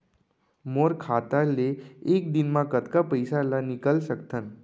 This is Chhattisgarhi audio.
मोर खाता ले एक दिन म कतका पइसा ल निकल सकथन?